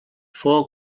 fou